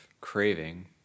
craving